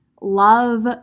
love